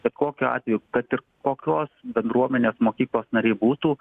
bet kokiu atveju kad ir kokios bendruomenės mokyklos nariai būtų